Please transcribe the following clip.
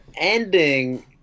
ending